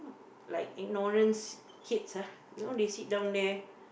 like ignorance kids ah you know they sit down there